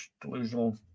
delusional